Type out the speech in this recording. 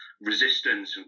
resistance